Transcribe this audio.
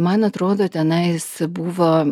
man atrodo tenais buvo